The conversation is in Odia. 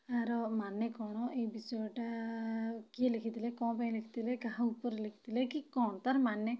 ଆର ମାନେ କ'ଣ ଏଇ ବିଷୟଟା କିଏ ଲେଖିଥିଲେ କ'ଣ ପାଇଁ ଲେଖିଥିଲେ କାହା ଉପରେ ଲେଖିଥିଲେ କି କ'ଣ ତା'ର ମାନେ